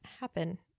happen